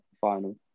final